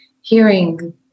hearing